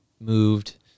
moved